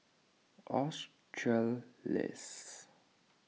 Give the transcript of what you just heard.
australis